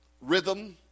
rhythm